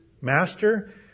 Master